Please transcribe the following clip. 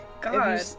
God